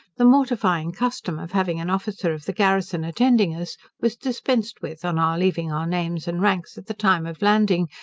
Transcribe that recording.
the mortifying custom of having an officer of the garrison attending us was dispensed with on our leaving our names and ranks, at the time of landing,